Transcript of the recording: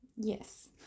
yes